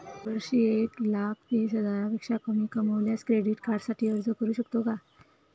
मी दरवर्षी एक लाख तीस हजारापेक्षा कमी कमावल्यास क्रेडिट कार्डसाठी अर्ज करू शकतो का?